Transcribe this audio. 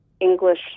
English